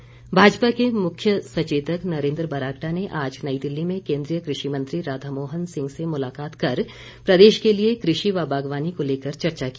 बरागटा भाजपा के मुख्य सचेतक नरेन्द्र बरागटा ने आज नई दिल्ली में केन्द्रीय कृषि मंत्री राधा मोहन सिंह से मुलाकात कर प्रदेश के लिए कृषि व बागवानी को लेकर चर्चा की